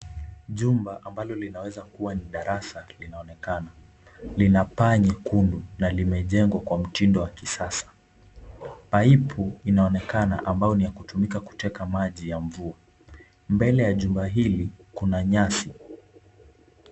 Jumba ambalo linaweza kuwa ni darasa, linaonekana. Lina paa nyekundu, na limejengwa kwa mtindo wa kisasa. Paipu inaonekana ambayo ni ya kutumika kuteka maji ya mvua. Mbele ya jumba hili kuna nyasi.